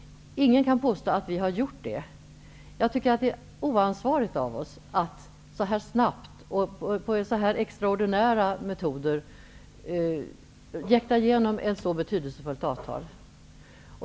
Ingen kan påstå att vi har gjort det. Jag tycker att det är oansvarigt av oss att så här snabbt och med så extraordinära metoder jäkta igenom ett så betydelsefullt avtal.